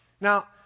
Now